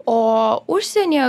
o užsienyje